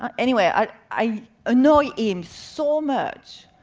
um anyway, i annoyed him so much,